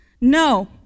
no